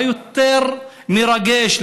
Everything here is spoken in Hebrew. מה יותר מרגש,